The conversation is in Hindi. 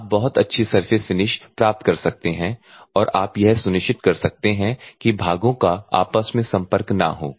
आप बहुत अच्छी सरफेस फिनिश प्राप्त कर सकते हैं और आप यह सुनिश्चित कर सकते हैं कि भागों का आपस में संपर्क ना हो